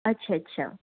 अच्छा अच्छा